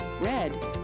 red